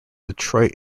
detroit